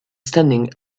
standing